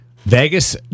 Vegas